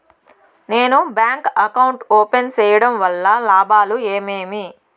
నేను bank account open సేయడం వల్ల లాభాలు ఏమేమి?